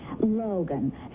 Logan